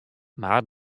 mar